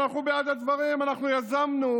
אנחנו בעד הדברים, אנחנו יזמנו.